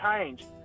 change